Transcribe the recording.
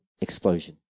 explosion